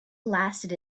lasted